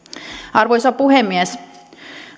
arvoisa puhemies